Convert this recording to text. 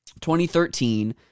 2013